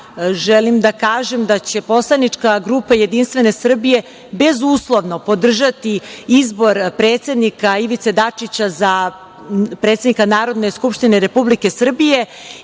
želim da kažem da će poslanička grupa JS bezuslovno podržati izbor predsednika Ivice Dačića za predsednika Narodne skupštine Republike Srbije